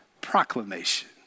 proclamation